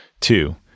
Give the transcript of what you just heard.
Two